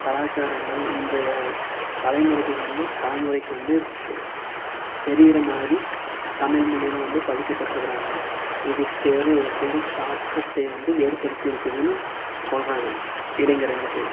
கலாச்சாரங்கள் இன்றைய தலைமுறைகள் வந்து தலைமுறைக்கு வந்து தெரியுற மாதிரி தமிழ் மொழியில் வந்து பதிக்கப்பட்டுருக்குறாங்க இது பெரு பெரும் தாக்கத்தை வந்து ஏற்படுத்தி இருக்குதுன்னு சொல்கிறாங்க இளைஞர்களுக்கு